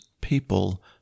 people